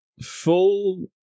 full